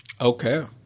okay